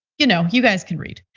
you know you guys can read.